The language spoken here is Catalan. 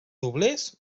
doblers